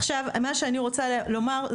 עכשיו מה שאני רוצה לומר,